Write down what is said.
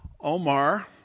Omar